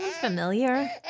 familiar